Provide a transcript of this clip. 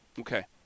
Okay